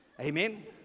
Amen